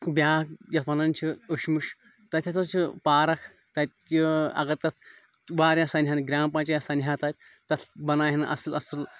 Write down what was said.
بیٛاکھ یَتھ وَنان چھِ اُشمُش تَتہِ ہَسا چھِ پارک تَتہِ اگر تَتھ واریاہ سَنہٕ ہَن گرٛام پَنچایَت سَنہِ ہا تَتہِ تَتھ بناوہن اَصٕل اَصٕل